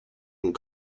and